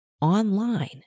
online